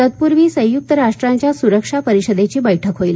तत्पूर्वी संयुक्त राष्ट्रांच्या सुरक्षा परिषदेची बैठक होईल